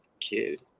kid